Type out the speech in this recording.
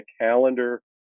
calendar